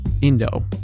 Indo